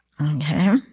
Okay